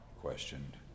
questioned